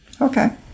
Okay